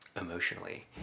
emotionally